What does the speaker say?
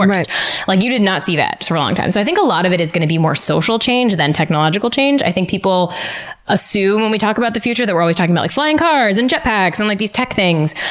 like you did not see that for a long time. so i think a lot of it is gonna be more social change than technological change. i think people assume when we talk about the future that we're always talking about, like, flying cars, and jet packs, and like these tech things.